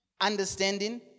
understanding